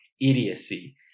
idiocy